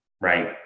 Right